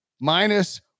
Minus